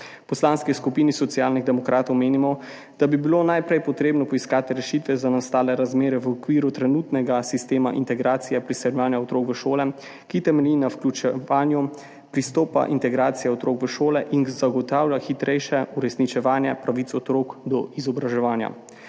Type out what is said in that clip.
Poslanski skupini Socialnih demokratov menimo, da bi bilo najprej treba poiskati rešitve za nastale razmere v okviru trenutnega sistema integracije otrok priseljencev v šole, ki temelji na vključevanju pristopa integracije otrok v šole in zagotavlja hitrejše uresničevanje pravic otrok do izobraževanja.